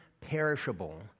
perishable